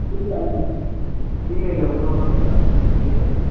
ഇല്ല ഇല്ല ബുദ്ധിമുട്ട് ഒന്നുമില്ല സീറ്റ് ഉണ്ട്